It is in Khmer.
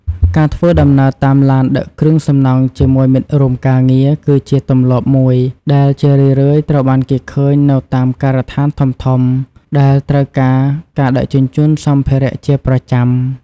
ការធ្វើដំណើរតាមឡានដឹកគ្រឿងសំណង់ជាមួយមិត្តរួមការងារគឺជាទម្លាប់មួយដែលជារឿយៗត្រូវបានគេឃើញនៅតាមការដ្ឋានធំៗដែលត្រូវការការដឹកជញ្ជូនសម្ភារៈជាប្រចាំ។